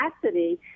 capacity